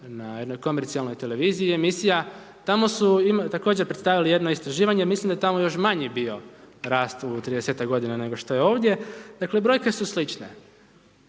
na jednoj komercijalnoj televiziji emisija, tamo su također predstavili jedno istraživanje, mislim da je tamo još manji bio rast u 30-ak godina nego što je ovdje. Dakle brojke su slične,